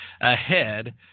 ahead